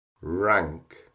RANK